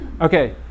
Okay